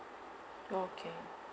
okay